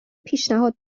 پیشنهاد